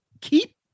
Keep